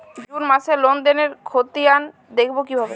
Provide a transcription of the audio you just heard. June মাসের লেনদেনের খতিয়ান দেখবো কিভাবে?